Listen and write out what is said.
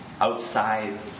outside